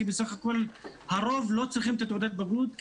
כי בסך הכול הרוב לא צריכים את תעודת הבגרות,